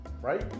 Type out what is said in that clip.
Right